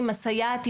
עם הסייעת,